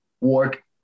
work